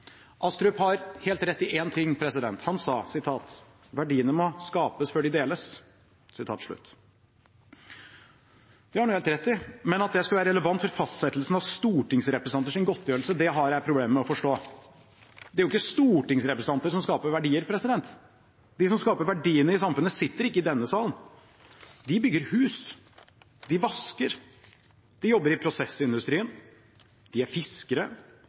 Astrup har helt rett i én ting. Han sa: «Verdiene må skapes før de kan deles.» Det har han helt rett i, men at det skulle være relevant for fastsettelsen av stortingsrepresentanters godtgjørelse, har jeg problemer med å forstå. Det er ikke stortingsrepresentanter som skaper verdier. De som skaper verdiene i samfunnet, sitter ikke i denne salen. De bygger hus, de vasker, de jobber i prosessindustrien, de er fiskere,